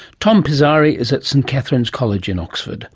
tom pizzari is at st catherine's college in oxford